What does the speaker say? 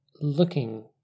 looking